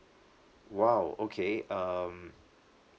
!wow! okay um